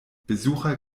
besucher